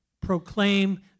proclaim